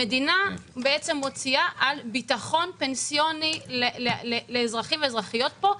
המדינה בעצם מוציאה על ביטחון פנסיוני לאזרחים ואזרחיות פה,